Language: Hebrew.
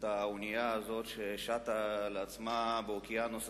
האונייה הזאת ששטה לעצמה באוקיינוס הסוער,